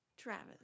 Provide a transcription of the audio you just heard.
Travis